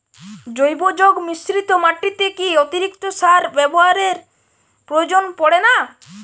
জৈব যৌগ মিশ্রিত মাটিতে কি অতিরিক্ত সার ব্যবহারের প্রয়োজন পড়ে না?